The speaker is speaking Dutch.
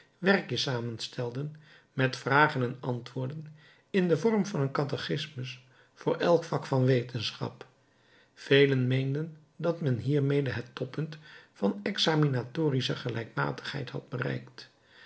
werkjes samenstelden met vragen en antwoorden in den vorm van een catechismus voor elk vak van wetenschap velen meenden dat men hiermede het toppunt van examinatorische gelijkmatigheid had bereikt